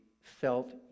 felt